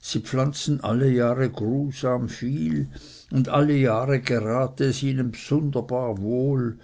sie pflanzten alle jahre grusam viel und alle jahre gerate es ihnen bsunderbar wohl